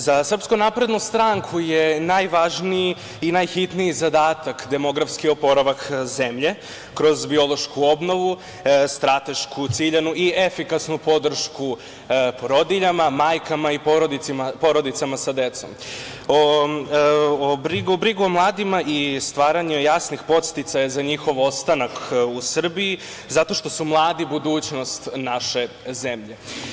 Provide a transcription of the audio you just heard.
Za SNS je najvažniji i najhitniji zadatak demografski oporavak zemlje kroz biološku obnovu, stratešku, ciljanu i efikasnu podršku porodiljama, majkama i porodicama sa decom, briga o mladima i stvaranje jasnih podsticaja za njihov ostanak u Srbiji, zato što su mladi budućnost naše zemlje.